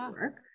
work